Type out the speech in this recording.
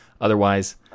Otherwise